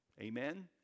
Amen